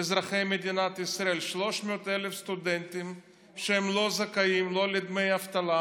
אזרחי מדינת ישראל 300,000 סטודנטים שהם לא זכאים לא לדמי אבטלה,